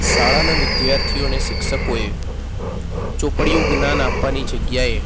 શાળાના વિદ્યાર્થીઓને શિક્ષકોએ ચોપડિયું જ્ઞાન આપવાની જગ્યાએ